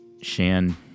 Shan